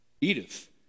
Edith